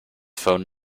phone